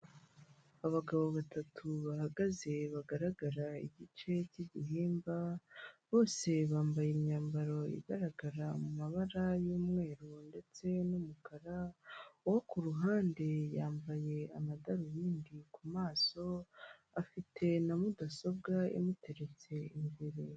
Abagabo batatu bahagaze bagaragara igice cy'igihimba, bose bambaye imyambaro igaragara mu mabara y'umweru ndetse n'umukara, uwo ku ruhande yambaye amadarubindi ku maso, afite na Mudasobwa imuteretse imbere.